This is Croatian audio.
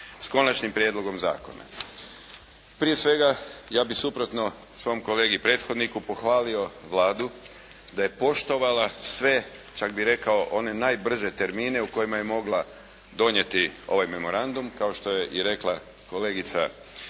s konačnim prijedlogom zakona. Prije svega ja bi suprotno svom kolegi prethodniku pohvalio Vladu da je poštovala sve čak bih rekao one najbrže termine u kojima je mogla donijeti ovaj memorandum, kao što je i rekla kolegica